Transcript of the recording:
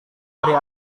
dari